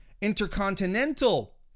Intercontinental